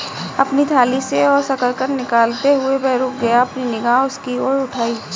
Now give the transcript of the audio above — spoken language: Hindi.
अपनी थाली से और शकरकंद निकालते हुए, वह रुक गया, अपनी निगाह उसकी ओर उठाई